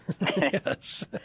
Yes